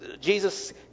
Jesus